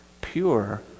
pure